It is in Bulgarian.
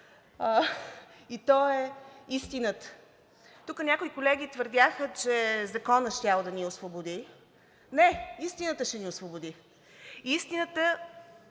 и то е истината. Тук някои колеги твърдяха, че Законът щял да ни освободи. Не, истината ще ни освободи! И истината